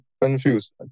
confused